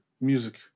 Music